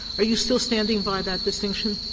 are you still standing by that distinction?